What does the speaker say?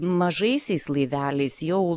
mažaisiais laiveliais jau